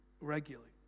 regularly